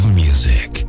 music